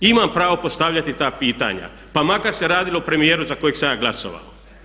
Imam pravo postavljati ta pitanja pa makar se radilo o premijeru za kojeg sam ja glasovao.